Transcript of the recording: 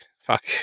fuck